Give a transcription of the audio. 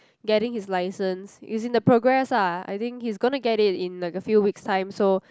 getting his license is in the progress lah I think he is gonna get it in like a few weeks time so